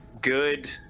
Good